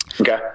Okay